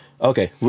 Okay